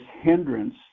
hindrance